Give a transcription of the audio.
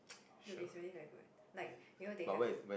dude is really very good like you know they have